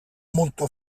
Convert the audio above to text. molto